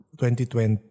2020